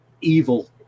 evil